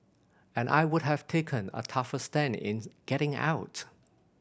and I would have taken a tougher stand in getting out